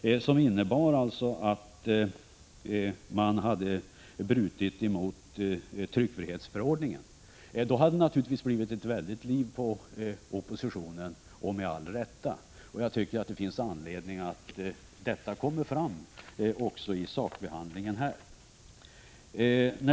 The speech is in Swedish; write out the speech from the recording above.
Det hade alltså inneburit att man hade brutit mot tryckfrihetsförordningen. Då hade det naturligtvis blivit ett väldigt liv på oppositionen, och med all rätt. Jag tycker att det finns all anledning att detta kommer fram också i sakbehandlingen här.